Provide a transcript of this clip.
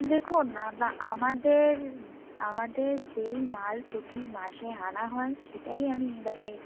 দেখুন না না আমাদের আমাদের যেই মাল প্রতি মাসে আনা হয় সেটাই আমি এবারে